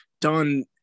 done